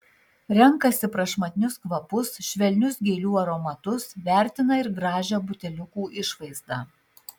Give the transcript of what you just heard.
renkasi prašmatnius kvapus švelnius gėlių aromatus vertina ir gražią buteliukų išvaizdą